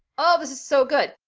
oh, this is so good.